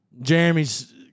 Jeremy's